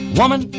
woman